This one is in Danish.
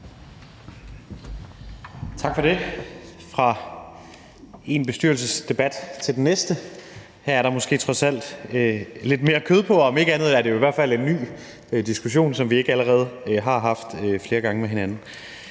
Tak for det. Fra én bestyrelsesdebat til den næste. Her er der måske trods alt lidt mere kød på, om ikke andet er det i hvert fald en ny diskussion, som vi ikke allerede har haft flere gange med hinanden.